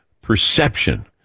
perception